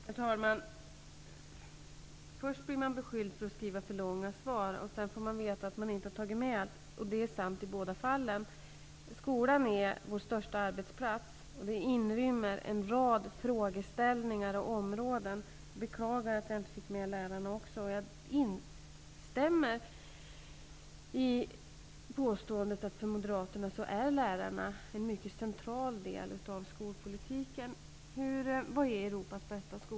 Herr talman! Först blir man beskylld för att skriva för långa svar, sedan får man veta att man inte har tagit med allt. Det är sant i båda fallen. Skolan är vår största arbetsplats. Den inrymmer en rad frågeställningar och områden. Jag beklagar att jag inte fick med lärarna också. Jag instämmer i påståendet att lärarna för Moderaterna är en mycket central del av skolpolitiken. Vad är Europas bästa skola?